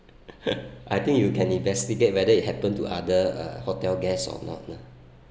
I think you can investigate whether it happen to other uh hotel guests or not lah